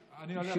אני הולך,